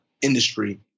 Industry